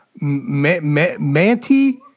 Manti